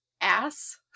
Ass